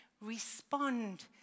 respond